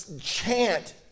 chant